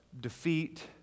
defeat